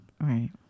Right